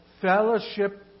fellowship